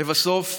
לבסוף,